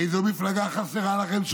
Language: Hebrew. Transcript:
איזו מפלגה חסרה לכם?